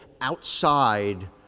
outside